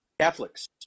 Catholics